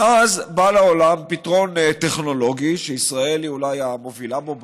מאז בא לעולם פתרון טכנולוגי שישראל היא אולי המובילה בו בעולם,